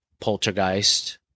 Poltergeist